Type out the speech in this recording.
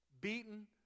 beaten